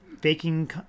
baking